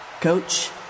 coach